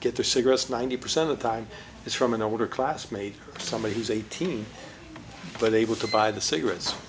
get the cigarettes ninety percent of the time it's from an older classmate somebody who's eighteen but able to buy the cigarettes